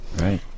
Right